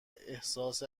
احساس